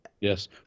Yes